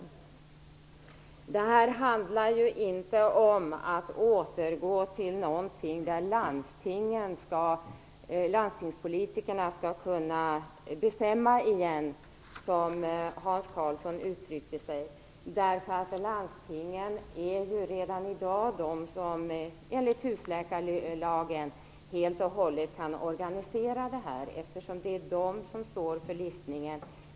Det handlar inte om att återgå till en situation där landstingspolitikerna återigen kan bestämma, som Hans Karlsson uttryckte sig. Landstingen kan ju redan i dag, enligt husläkarlagen, helt och hållet organisera det här. Det är landstingen som står för listningen.